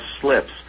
slips